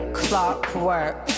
clockwork